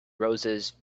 roses